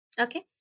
Okay